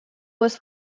was